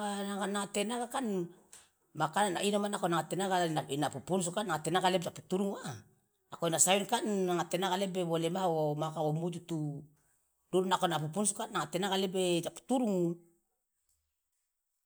nanga tenaga kan makanan inomo nako nanga tenaga la ina pupunusu kan nanga tenaga lebe ja puturungu wa nako ina sawini kan nanga tenaga lebe wo lemah wo ma kawo mujutu duru nako wo pupunusu kan nanga tenaga lebe ja puturungu.